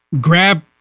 grab